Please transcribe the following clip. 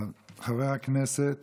חבר הכנסת